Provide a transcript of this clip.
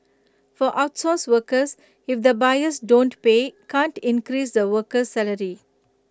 for outsourced workers if the buyers don't pay can't increase the worker's salary